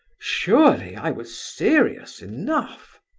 surely i was serious enough?